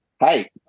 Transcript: Hi